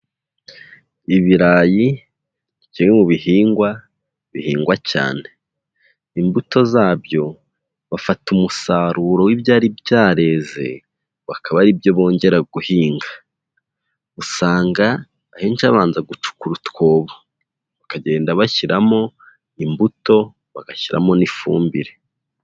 Ibirayi kimwe mu bihingwa bihingwa cyane. Imbuto zabyo bafata umusaruro w'ibyari byareze, bakaba ari byo bongera guhinga. Usanga ahenshi babanza gucukura utwobo, bakagenda bashyiramo imbuto, bagashyiramo n'ifumbire.